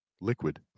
liquid